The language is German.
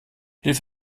hilf